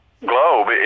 globe